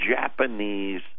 Japanese